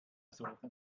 solchen